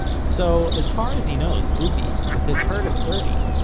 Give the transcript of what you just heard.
so as far as he knows, dubi, with his herd of thirty,